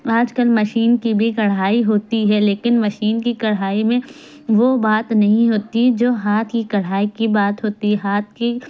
آج کل مشین کی بھی کڑھائی ہوتی ہے لیکن مشین کی کڑھائی میں وہ بات نہیں ہوتی جو ہاتھ کی کڑھائی کی بات ہوتی ہے ہاتھ کی